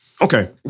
okay